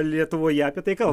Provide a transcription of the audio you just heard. lietuvoje apie tai kal